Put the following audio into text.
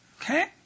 Okay